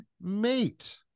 mate